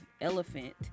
elephant